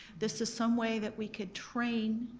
this is some way that we could train